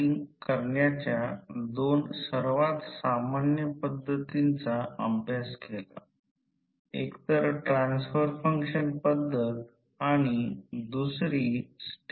प्रथम हे V2 सारखे बनवा I2 R e 2 cos ∅ 2 आहे कारण हा कोन येथे ∅ 2 चिन्हांकित आहे आणि हे असेच आहे